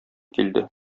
килде